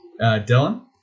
Dylan